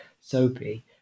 soapy